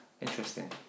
Interesting